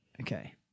Okay